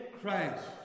Christ